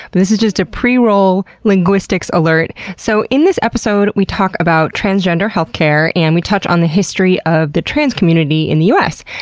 but this is just a pre-roll linguistics alert. so in this episode we talk about transgender health care, and we touch on the history of the trans community in the us,